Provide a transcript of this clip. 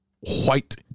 white